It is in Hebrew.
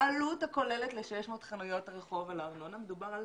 העלות הכוללת ל-600 חנויות הרחוב הללו, מדובר על